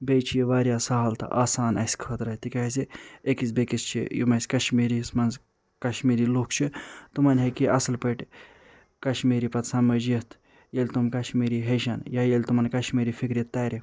بیٚیہِ چھُ یہِ وارِیاہ سہل تہٕ آسان اسہِ خٲطرٕ تِکیٛازِ أکِس بیٚیِس چھِ یِم اسہِ کشمِرِیَس منٛز کشمیری لوٗکھ چھِ تِمن ہیٚکہِ اصٕل پٲٹھۍ کشمیری پتہٕ سمٕجھ یِتھ ییٚلہِ تِم کشمیری ہیٚچھیٚن یا ییٚلہِ تِمن کشمیری فِکرِ تَرِ